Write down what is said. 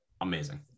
amazing